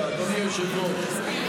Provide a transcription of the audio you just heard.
אדוני היושב-ראש.